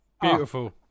beautiful